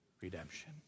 redemption